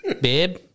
Babe